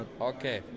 Okay